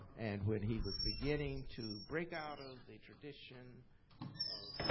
and when he was beginning to break out of the tradition of